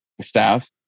staff